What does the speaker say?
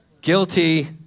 Guilty